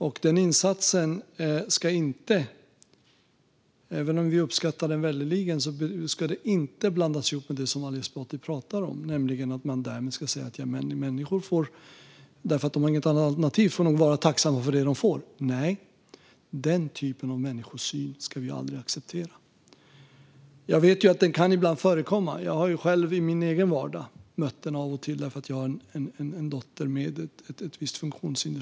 Men den insatsen ska inte, även om vi uppskattar den väldigt mycket, blandas ihop med det som Ali Esbati pratar om, nämligen synen att dessa människor inte har något annat alternativ och därför får vara tacksamma för det de får. Nej! En sådan människosyn ska vi aldrig acceptera. Jag vet att det ibland kan förekomma. Jag har själv i min egen vardag mött det av och till, eftersom jag har en dotter med ett visst funktionshinder.